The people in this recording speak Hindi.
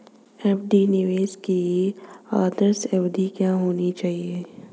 एफ.डी निवेश की आदर्श अवधि क्या होनी चाहिए?